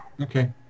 Okay